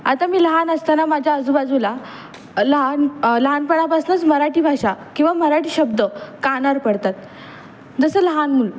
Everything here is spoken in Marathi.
आता मी लहान असताना माझ्या आजूबाजूला लहान लहानपणापासूनच मराठी भाषा किंवा मराठी शब्द कानार पडतात जसं लहान मूल